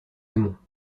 aimons